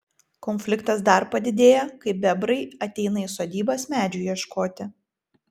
konfliktas dar padidėja kai bebrai ateina į sodybas medžių ieškoti